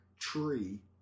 tree